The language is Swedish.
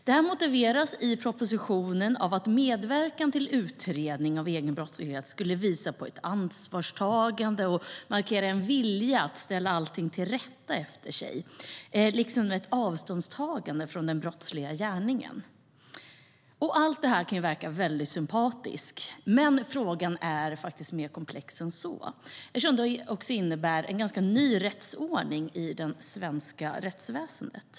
Detta motiveras i propositionen med att medverkan till utredning av egen brottslighet skulle visa på ett ansvarstagande och markera en vilja att ställa allting till rätta efter sig liksom ett avståndstagande från den brottsliga gärningen. Allt detta kan verka mycket sympatiskt. Men frågan är faktiskt mer komplex än så eftersom det också innebär en ganska ny rättsordning i det svenska rättsväsendet.